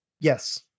Yes